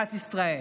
מדינת ישראל.